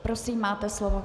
Prosím, máte slovo.